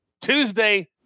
Tuesday